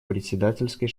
председательской